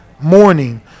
morning